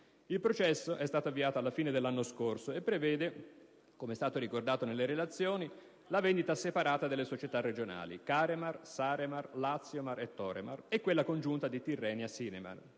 Il processo è stato avviato alla fine dell'anno scorso e prevede, come è stato ricordato nelle relazioni, la vendita separata delle società regionali Caremar, Saremar, Laziomar e Toremar e quella congiunta di Tirrenia-Siremar,